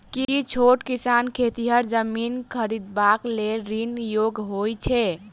की छोट किसान खेतिहर जमीन खरिदबाक लेल ऋणक योग्य होइ छै?